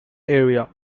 area